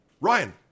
Ryan